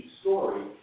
story